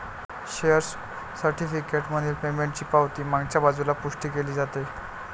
share certificate मधील पेमेंटची पावती मागच्या बाजूला पुष्टी केली जाते